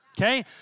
okay